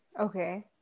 okay